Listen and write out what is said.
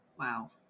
Wow